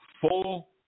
full